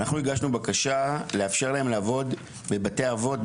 אנחנו הגשנו בקשה לאפשר להם לעבוד בבתי אבות,